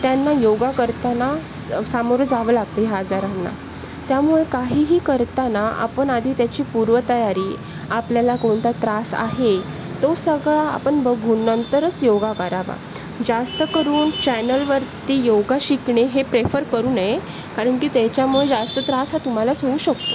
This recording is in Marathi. त्यांना योग करताना स सामोरे जावं लागते ह्या आजारांना त्यामुळे काहीही करताना आपण आधी त्याची पूर्वतयारी आपल्याला कोणता त्रास आहे तो सगळा आपण बघून नंतरच योग करावा जास्तकरून चॅनलवरती योग शिकणे हे प्रेफर करू नये कारण की त्याच्यामुळे जास्त त्रास हा तुम्हालाच होऊ शकतो